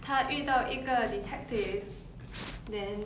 他遇到一个 detective then